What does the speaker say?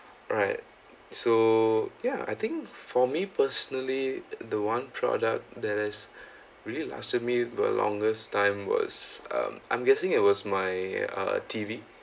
right so ya I think for me personally the one product that has really lasted me the longest time was um I'm guessing it was my uh T_V